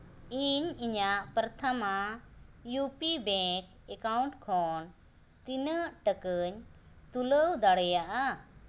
ᱤᱧ ᱤᱧᱟᱹᱜ ᱯᱚᱨᱛᱷᱚᱢᱟ ᱤᱭᱩᱯᱤ ᱵᱮᱝᱠ ᱮᱠᱟᱣᱩᱱᱴ ᱠᱷᱚᱱ ᱛᱤᱱᱟᱹᱜ ᱴᱟᱠᱟᱧ ᱛᱩᱞᱟᱹᱣ ᱫᱟᱲᱮᱭᱟᱜᱼᱟ